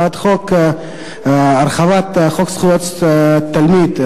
הצעת חוק להרחבת זכויות התלמיד,